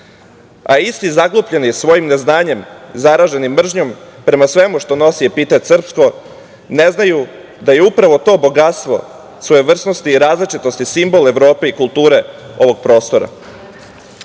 Isti zaglupljeni svojim neznanjem, zaraženi mržnjom prema svemu što nosi epitet - srpsko, ne znaju da je upravo to bogatstvo svojevrsnosti i različitosti simbol Evrope i kulture ovog prostora. Ćirilica